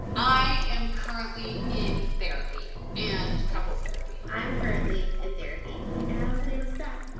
i am currently in therapy and couples therapy. i am currently in therapy and i don't plan to stop.